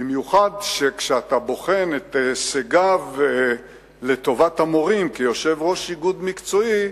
במיוחד כאשר אתה בוחן את הישגיו לטובת המורים כיושב-ראש איגוד מקצועי.